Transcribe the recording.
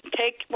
take